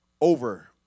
Over